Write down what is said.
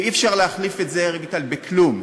ואי-אפשר להחליף את זה, רויטל, בכלום,